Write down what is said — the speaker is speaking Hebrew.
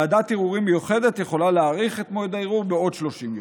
ועדת ערעורים מיוחדת יכולה להאריך את מועד הערעור בעוד 30 יום.